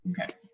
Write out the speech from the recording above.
Okay